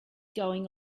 going